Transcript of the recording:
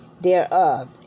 thereof